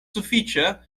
sufiĉa